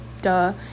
duh